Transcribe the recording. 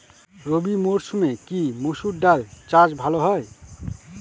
রবি মরসুমে কি মসুর ডাল চাষ ভালো হয়?